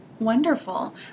Wonderful